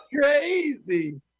crazy